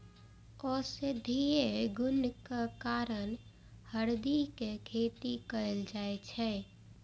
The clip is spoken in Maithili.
औषधीय गुणक कारण हरदि के खेती कैल जाइ छै